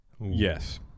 yes